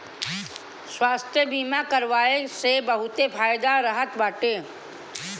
स्वास्थ्य बीमा करवाए से बहुते फायदा रहत बाटे